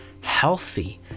healthy